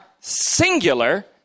singular